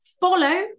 Follow